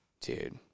Dude